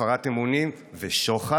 הפרת אמונים ושוחד